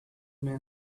man